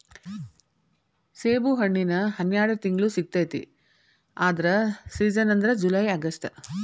ಸೇಬುಹಣ್ಣಿನ ಹನ್ಯಾಡ ತಿಂಗ್ಳು ಸಿಗತೈತಿ ಆದ್ರ ಸೇಜನ್ ಅಂದ್ರ ಜುಲೈ ಅಗಸ್ಟ